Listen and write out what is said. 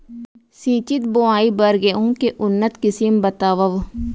सिंचित बोआई बर गेहूँ के उन्नत किसिम बतावव?